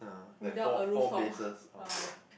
without a roof top